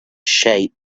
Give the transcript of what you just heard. shape